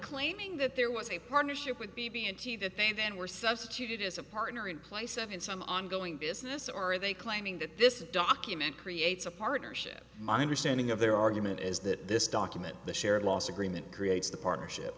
claiming that there was a partnership with b b and t that they then were substituted as a partner in place of in some ongoing business or are they claiming that this document creates a partnership my understanding of their argument is that this document the shared loss agreement creates the partnership